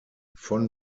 von